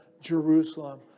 Jerusalem